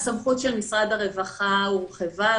הסמכות של משרד הרווחה הורחבה,